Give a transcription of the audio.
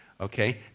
okay